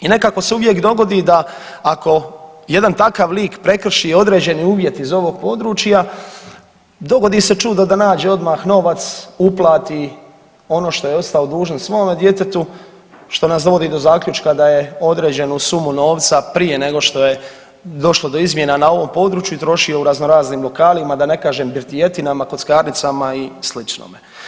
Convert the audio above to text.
I nekako se uvijek dogodi da ako jedan takav lik prekrši određeni uvjet iz ovog područja dogodi se čudo da nađe odmah novac, uplati ono što je ostao dužan svome djetetu što nas dovodi do zaključka da je određenu sumu novca prije nego što je došlo do izmjena na ovom području trošio u razno raznim lokalima, da ne kažem birtijetinama, kockarnicama i sličnome.